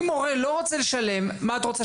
אם הורה לא רוצה לשלם, מה את רוצה?